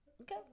okay